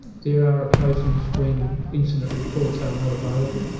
there are occasions when incident reports are not available,